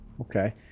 Okay